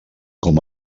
com